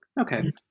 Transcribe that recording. Okay